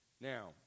Now